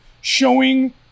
showing